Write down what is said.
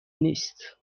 نیست